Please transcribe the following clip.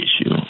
issue